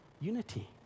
unity